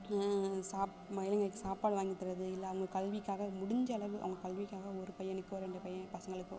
சாப் ஏழைங்களுக்கு சாப்பாடு வாங்கி தர்றது இல்லை அவங்க கல்விக்காக முடிஞ்ச அளவு அவங்க கல்விக்காக ஒரு பையனுக்கோ ரெண்டு பையன் பசங்களுக்கோ